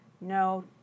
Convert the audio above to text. No